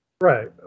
Right